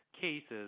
cases